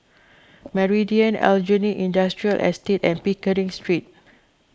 Meridian Aljunied Industrial Estate and Pickering Street